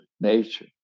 nature